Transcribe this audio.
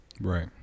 right